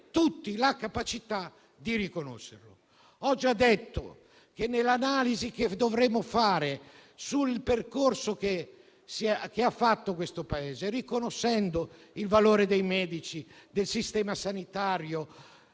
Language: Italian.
tutti la capacità di riconoscerlo. Ho già detto che dovremmo fare un'analisi sul percorso che ha fatto questo Paese, riconoscendo il valore dei medici e del Sistema sanitario